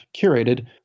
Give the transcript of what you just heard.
curated